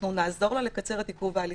אנחנו נעזור לה לקצר את עיכוב ההליכים.